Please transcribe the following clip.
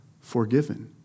forgiven